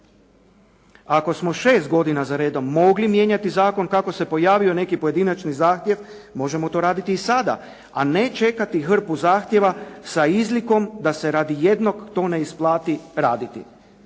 Ako smo 6 godina za redom mogli mijenjati zakon kako se pojavio neki pojedinačni zahtjev, možemo to raditi i sada, a ne čekati hrpu zahtjeva sa izlikom da se radi jednog to ne isplati raditi.